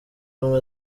ubumwe